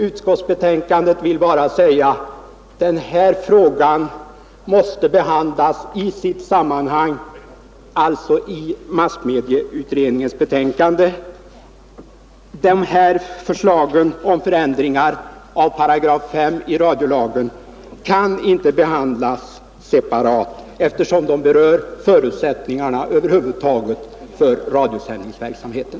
Utskottsbetänkandet vill bara säga att den här frågan måste behandlas i sitt sammanhang, alltså i massmedieutredningens betänkande. De här förslagen om förändringar av § 5 i radiolagen kan inte behandlas separat, eftersom de berör förutsättningarna över huvud taget för rundradioverksamheten.